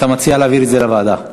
אתה מציע להעביר את זה לוועדה.